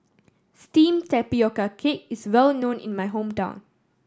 steamed tapioca cake is well known in my hometown